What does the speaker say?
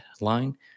line